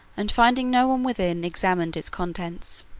and finding no one within examined its contents.